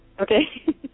Okay